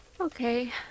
okay